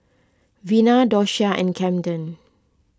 Vina Doshia and Kamden